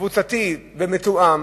קבוצתי ומתואם